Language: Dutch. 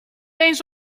eens